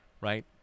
right